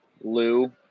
Lou